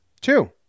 Two